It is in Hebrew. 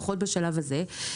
לפחות בשלב הזה,